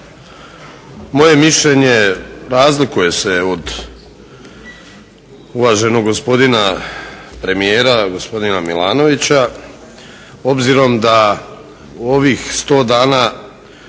Moje mišljenje razlikuje se od uvaženog gospodina premijera gospodina Milanovića obzirom da u ovih 100 dana